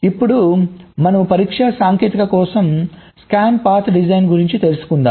ఇప్పుడు మనము పరీక్షా సాంకేతికత కోసం స్కాన్ పాత్ డిజైన్ గురించి తెలుసుకుందాం